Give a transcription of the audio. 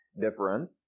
difference